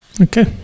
Okay